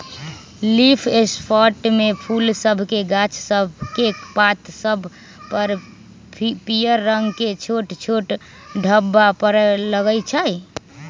leaf spot में फूल सभके गाछ सभकेक पात सभ पर पियर रंग के छोट छोट ढाब्बा परै लगइ छै